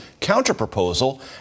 counterproposal